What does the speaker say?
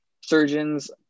surgeons